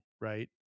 right